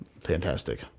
Fantastic